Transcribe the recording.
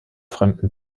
fremden